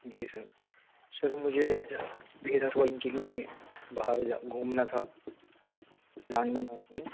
جی sir sir مجھے دہرادون کے لیے باہر جا گھومنا تھا پلان بنا رہا ہوں میں